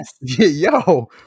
yo